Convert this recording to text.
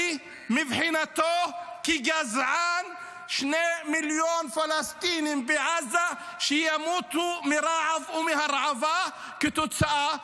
מבחינתו כגזען ששני מיליון פלסטינים בעזה ימותו מרעב ומהרעבה כתוצאה.